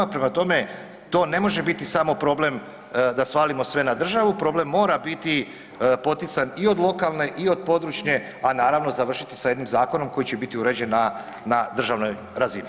Prema tome to ne može biti samo problem da svalimo sve na državu, problem mora biti potican i od lokalne i od područne, a naravno završiti sa jednim zakonom koji će biti uređene na državnoj razini.